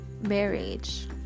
marriage